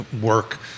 work